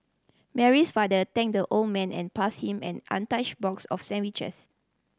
Mary's father thanked the old man and passed him an untouched box of sandwiches